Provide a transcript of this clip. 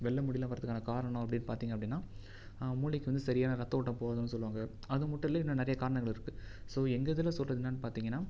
வெள்ள முடியெல்லா வரத்துக்கு காரணம் அப்படினு பார்த்திங்க அப்படின்னா மூளைக்கு வந்து சரியான ரத்த ஓட்டம் போகாததுனு சொல்லுவாங்க அது மட்டும் இல்லை இன்னு நிறைய காரணங்கள் இருக்கு ஸோ எங்கள் இதில் சொல்லுறது என்னனு பார்த்திங்கன்னா